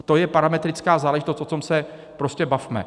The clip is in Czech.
To je parametrická záležitost, o tom se prostě bavme.